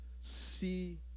see